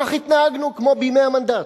כך התנהגנו, כמו בימי המנדט,